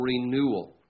renewal